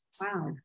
Wow